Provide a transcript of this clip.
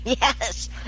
Yes